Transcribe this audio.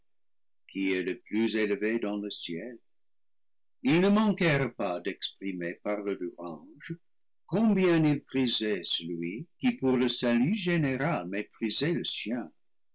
qui est le plus élevé dans le ciel ils ne manquèrent pas d'exprimer par leurs louanges combien ils prisaient celui qui pour le salut général méprisait le sien